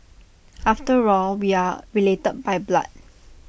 after all we are related by blood